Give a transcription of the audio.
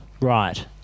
right